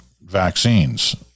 vaccines